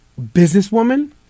businesswoman